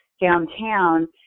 downtown